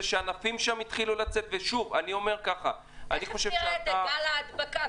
שענפים שם התחילו לצאת --- תיכף נראה את גל ההדבקה,